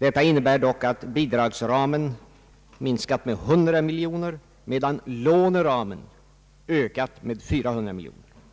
Detta innebär dock att bidragsramen minskat med 100 miljoner kronor, medan låneramen ökat med 400 miljoner kronor.